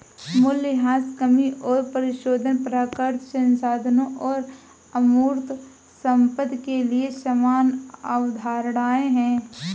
मूल्यह्रास कमी और परिशोधन प्राकृतिक संसाधनों और अमूर्त संपत्ति के लिए समान अवधारणाएं हैं